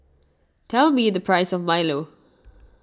tell me the price of Milo